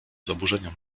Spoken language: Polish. zaburzenia